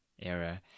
era